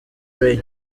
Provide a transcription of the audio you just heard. ray